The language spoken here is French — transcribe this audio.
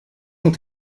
ont